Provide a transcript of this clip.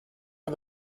for